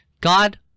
God